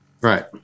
Right